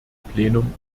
plenum